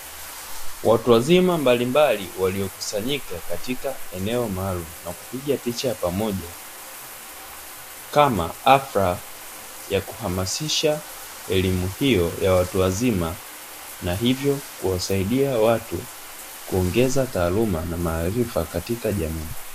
Watu wazima mbalimbali waliokusanyika katika eneo maalum na kupiga picha ya pamoja, kama hafla ya kuhamasisha elimu hiyo ya watu wazima, na hivyo kuwasaidia watu kuongeza taaluma na maarifa katika jamii.